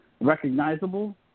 recognizable